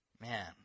Man